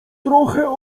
trochę